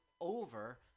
over